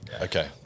Okay